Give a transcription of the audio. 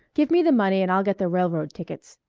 give me the money and i'll get the railroad tickets.